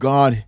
God